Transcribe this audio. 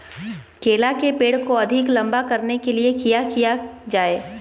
केला के पेड़ को अधिक लंबा करने के लिए किया किया जाए?